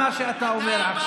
איזה אהבל, אהבל, מה שאתה אומר.